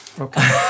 Okay